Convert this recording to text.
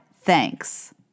thanks